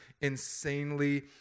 insanely